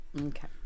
Okay